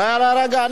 רגע,